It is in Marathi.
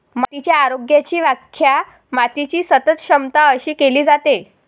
मातीच्या आरोग्याची व्याख्या मातीची सतत क्षमता अशी केली जाते